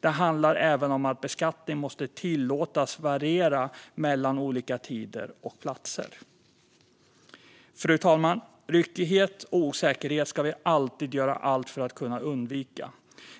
Det handlar även om att beskattning måste tillåtas variera mellan olika tider och platser. Fru talman! Ryckighet och osäkerhet ska vi alltid göra allt för att undvika.